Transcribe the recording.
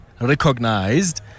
recognized